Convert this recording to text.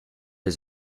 his